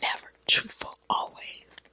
never. truthful? always.